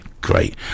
great